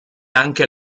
anche